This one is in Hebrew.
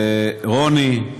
לרוני,